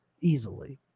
Easily